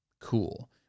Cool